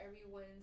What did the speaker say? everyone's